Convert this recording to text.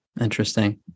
Interesting